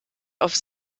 auf